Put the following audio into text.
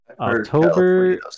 October